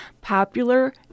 popular